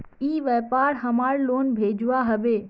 ई व्यापार हमार लोन भेजुआ हभे?